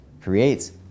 creates